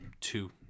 two